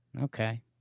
Okay